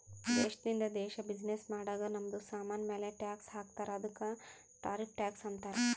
ದೇಶದಿಂದ ದೇಶ್ ಬಿಸಿನ್ನೆಸ್ ಮಾಡಾಗ್ ನಮ್ದು ಸಾಮಾನ್ ಮ್ಯಾಲ ಟ್ಯಾಕ್ಸ್ ಹಾಕ್ತಾರ್ ಅದ್ದುಕ ಟಾರಿಫ್ ಟ್ಯಾಕ್ಸ್ ಅಂತಾರ್